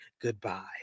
goodbye